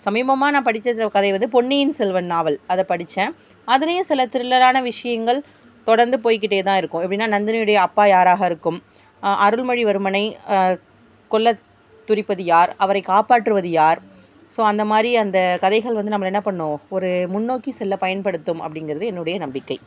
சமீபமாக நான் படிச்ச கதை வந்து பொன்னியின் செல்வன் நாவல் அதை படிச்சேன் அதுலையே சில திரில்லரான விஷயங்கள் தொடர்ந்து போய்க்கிட்டே தான் இருக்கும் எப்படினா நந்தினியுடைய அப்பா யாராக இருக்கும் அருள்மொழி வர்மனை கொல்ல துடிப்பது யார் அவரை காப்பாற்றுவது யார் ஸோ அந்த மாதிரி அந்த கதைகள் வந்து நம்மளை என்ன பண்ணும் ஒரு முன்னோக்கி செல்ல பயன்படுத்தும் அப்படிங்கிறது என்னுடைய நம்பிக்கை